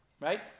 right